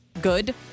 good